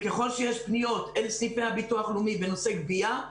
ככל שיש פניות אל סניפי הביטוח הלאומי בנושא גבייה,